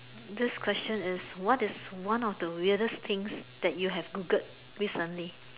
this question is what is one of the weirdest things that you have Googled recently